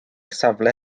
safle